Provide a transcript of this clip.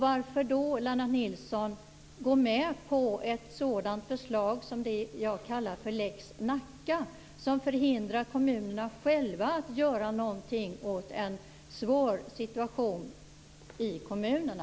Varför då gå med på ett förslag som det som jag kallar för lex Nacka, Lennart Nilsson? Det förhindrar kommunerna själva att göra någonting åt en svår situation i kommunerna.